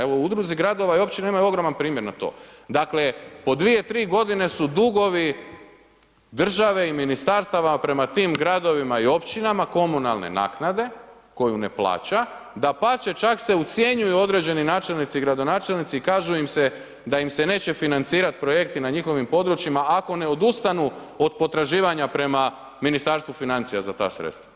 Evo u Udruzi Gradova i Općina imaju ogroman primjer na to, dakle, po dvije, tri godine su dugovi države i Ministarstava prema tih Gradovima i Općinama komunalne naknade koju na plaća, dapače čak se ucjenjuju određeni načelnici i gradonačelnici i kaže im se da im se neće financirati projekti na njihovim područjima ako ne odustanu od potraživanja prema Ministarstvu financija za ta sredstva.